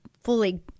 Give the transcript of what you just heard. fully